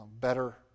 better